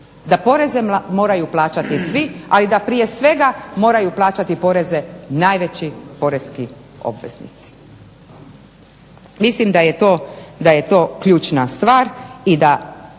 da poreze moraju plaćati svi ali da prije svega moraju plaćati poreze najveći poreski obveznici. Mislim daje to ključna stvar i da